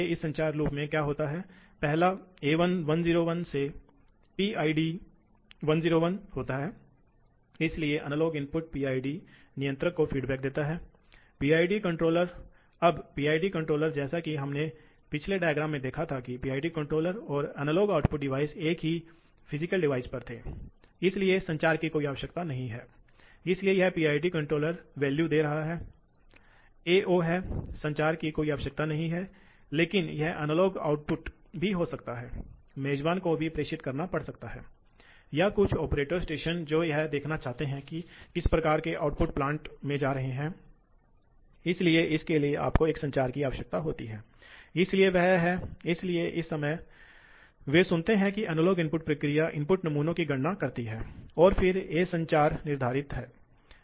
तो हम वापस आते हैं इसलिए यह सिर्फ एक और चित्रण है कि यदि आपके पास एक है तो पता चलता है कि अगर आपके पास एक थ्रॉटलिंग विधि होती तो ऊर्जा इस रास्ते पर गिरती अगर आपके पास चर गति विधि है तो यह इस रास्ते पर गिर जाएगी इसलिए यह ऊर्जा की बचत है जो आप प्राप्त कर रहे हैं ठीक है अब सीट के बजाय किसी भी भार यह ऊर्जा की बचत है जो आपको मिल रही है इन दोनों के बीच एक अंतर है जो पर्याप्त है